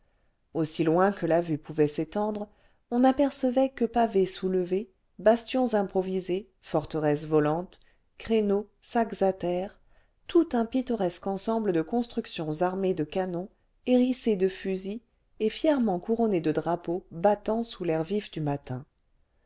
aussi loin que la vue pouvait s'étendre on n'apercevait que pavés soulevés bastions improvisés forteresses volantes créneaux sacs à terre tout un pittoresque ensemble de constructions armées de canons hérissées de fusils et fièrement couronnées de drapeaux battant sous l'air vif du matin